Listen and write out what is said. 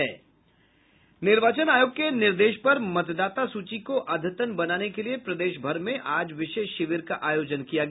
निर्वाचन आयोग के निर्देश पर मतदाता सूची को अद्यतन बनाने के लिए प्रदेशभर में आज विशेष शिविर का आयोजन किया गया